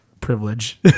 privilege